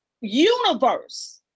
universe